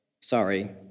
Sorry